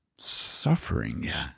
Sufferings